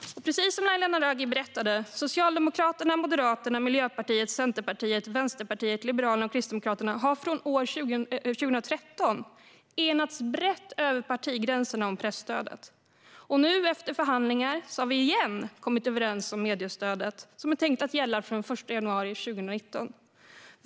Precis som Laila Naraghi berättade har Socialdemokraterna, Moderaterna, Miljöpartiet, Centerpartiet, Vänsterpartiet, Liberalerna och Kristdemokraterna från 2013 enats brett över partigränserna om presstödet. Efter förhandlingar har vi återigen kommit överens om ett mediestöd som är tänkt att gälla från och med den 1 januari 2019.